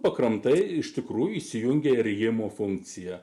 pakramtai iš tikrųjų įsijungia rijimo funkcija